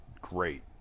great